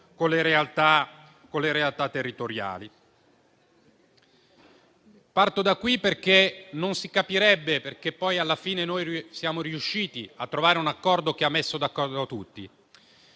con le realtà territoriali. Parto da qui, altrimenti non si capirebbe perché poi, alla fine, siamo riusciti a trovare un accordo che ha accontentato tutti.